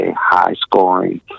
high-scoring